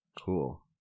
Cool